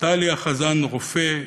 טליא חזן-רופא,